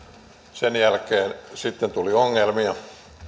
sen jälkeen sitten tuli ongelmia